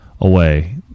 away